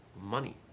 money